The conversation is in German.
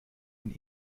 und